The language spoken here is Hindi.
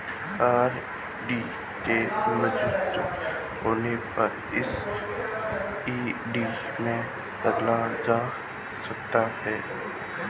आर.डी के मेच्योर होने पर इसे एफ.डी में बदला जा सकता है